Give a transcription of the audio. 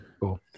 Cool